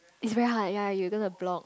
is very hard ya you're gonna to block